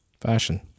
fashion